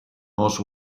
most